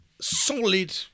solid